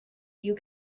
you